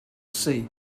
sea